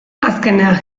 azkenean